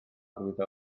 arwyddo